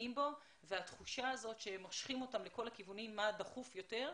נמצאים בו והתחושה הזאת שמושכים אותם לכל הכיוונים מה דחוף יותר.